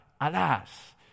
alas